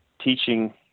teaching